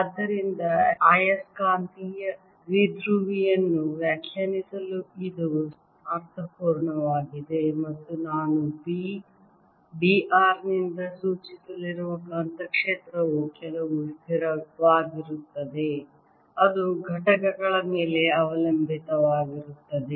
ಆದ್ದರಿಂದ ಆಯಸ್ಕಾಂತೀಯ ದ್ವಿಧ್ರುವಿಯನ್ನು ವ್ಯಾಖ್ಯಾನಿಸಲು ಇದು ಅರ್ಥಪೂರ್ಣವಾಗಿದೆ ಮತ್ತು ನಾನು B B r ನಿಂದ ಸೂಚಿಸಲಿರುವ ಕಾಂತಕ್ಷೇತ್ರವು ಕೆಲವು ಸ್ಥಿರವಾಗಿರುತ್ತದೆ ಅದು ಘಟಕಗಳ ಮೇಲೆ ಅವಲಂಬಿತವಾಗಿರುತ್ತದೆ